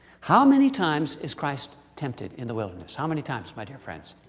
how many times is christ tempted in the wilderness? how many times, my dear friends?